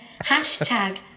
Hashtag